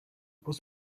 was